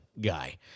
guy